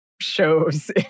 shows